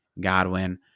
Godwin